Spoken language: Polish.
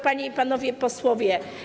Panie i Panowie Posłowie!